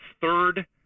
third